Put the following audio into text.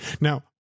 Now